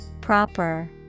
Proper